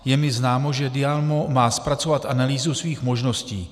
Je mi známo, že DIAMO má zpracovat analýzu svých možností.